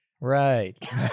Right